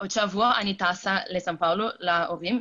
בעוד שבוע אני טסה לסן פאולו לביקור הורים.